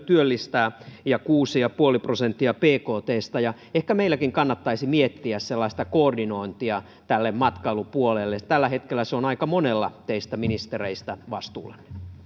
työllistää sataneljäkymmentätuhatta ja on kuusi pilkku viisi prosenttia bktstä ehkä meilläkin kannattaisi miettiä sellaista koordinointia tälle matkailupuolelle tällä hetkellä se on aika monella teistä ministereistä vastuulla